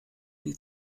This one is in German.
die